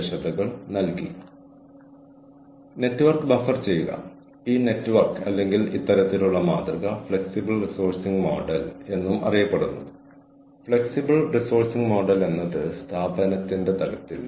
ഈ team human capital ഇപ്പോൾ ടീമിൽ താൽപ്പര്യമുള്ള ഫാക്കൽറ്റികൾ ഉൾപ്പെടുന്നു അവർ വിവിധ ഐഐടികളിൽ ഇരുന്നുകൊണ്ട് ഇത് ചെയ്യാൻ സന്നദ്ധരായവരാണ്